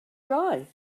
dry